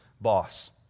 boss